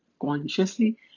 consciously